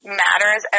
matters